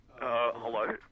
Hello